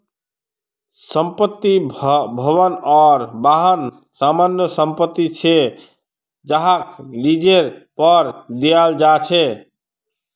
संपत्ति, भवन आर वाहन सामान्य संपत्ति छे जहाक लीजेर पर दियाल जा छे